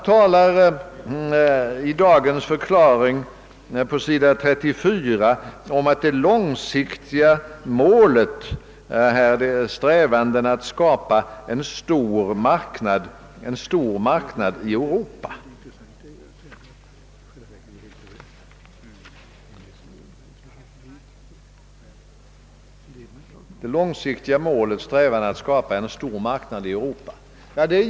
I dagens regeringsdeklaration talas det på s. 34 om att det långsiktiga målet är en strävan att skapa en stor marknad i Europa.